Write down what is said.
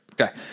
Okay